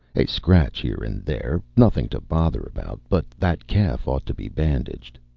a scratch here and there. nothing to bother about. but that calf ought to be bandaged.